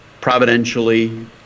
providentially